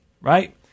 right